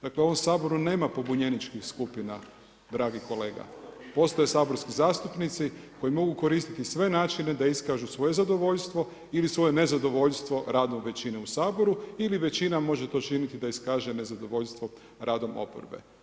Dakle u ovom Saboru nema pobunjeničkih skupina dragi kolega, postoje saborski zastupnici koji mogu koristiti sve načine da iskažu svoje zadovoljstvo ili svoje nezadovoljstvo radom većine u Saboru ili većina može to činiti da iskaže nezadovoljstvo radom oporbe.